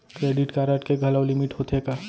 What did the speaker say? Credit card के घलव limit होथे का?